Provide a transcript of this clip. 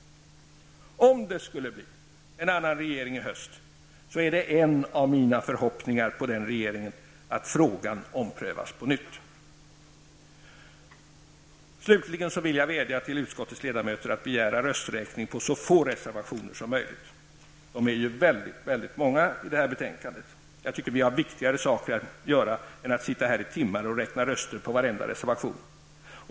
Om det skulle bli en annan regering i höst är en av mina förhoppningar på den regeringen att frågan omprövas. Slutligen vill jag vädja till utskottets ledamöter att begära rösträkning på så få reservationer som möjligt. Det är ju väldigt många i det här betänkandet. Vi har viktigare saker att göra än att sitta här i timmar och räkna röster på varenda reservation.